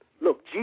look